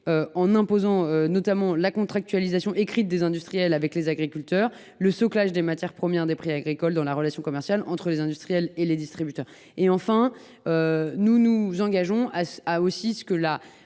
en imposant la contractualisation écrite des industriels avec les agriculteurs et le « soclage » des coûts de la matière première agricole dans la relation commerciale entre les industriels et les distributeurs. Enfin, nous nous engageons aussi à ce que la